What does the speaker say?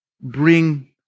bring